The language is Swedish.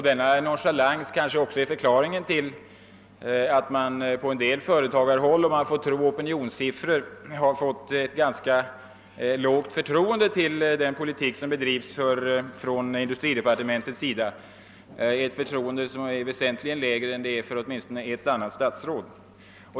Denna nonchalans kanske också är förklaringen till att man på en del företagarhåll — om man får tro opinionssiffror — fått ett ganska ringa förtroende för den politik som industridepartementet bedriver, ett förtroende som är väsentligt lägre än för ett annat statsråd.